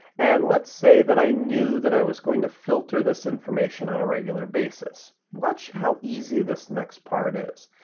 and let's say that i knew that i was going to filter this information on a regular basis. watch how easy this next part is.